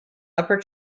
upper